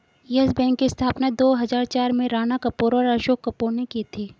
yes Bank की स्थापना दो हजार चार में राणा कपूर और अशोक कपूर ने की थी